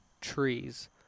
trees